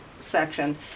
section